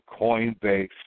Coinbase